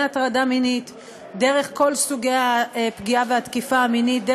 מהטרדה מינית דרך כל סוגי הפגיעה והתקיפה המינית,